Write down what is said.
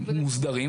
מוסדרים.